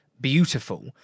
beautiful